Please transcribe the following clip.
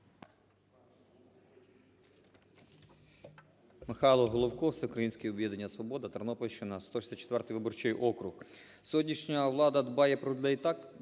Михайло Головко, Всеукраїнське об'єднання "Свобода", Тернопільщина, 164 виборчий округ. Сьогоднішня влада дбає про людей так,